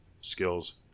skills